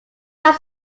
have